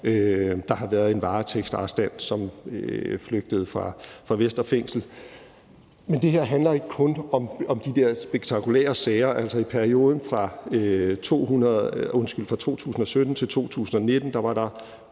der har været en varetægtsarrestant, som flygtede fra Vestre Fængsel, men det her handler ikke kun om de der spektakulære sager. Altså, i perioden fra 2017 til 2019 er det